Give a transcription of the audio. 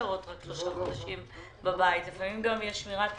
יש שמירת הריון,